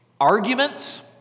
Arguments